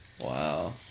Wow